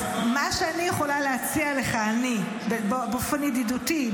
מה שאני יכולה להציע לך באופן ידידותי,